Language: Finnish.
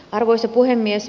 arvoisa puhemies